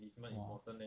ah